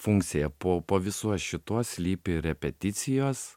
funkcija po po visuo šituo slypi repeticijos